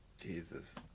Jesus